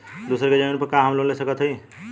दूसरे के जमीन पर का हम लोन ले सकत हई?